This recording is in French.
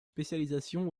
spécialisation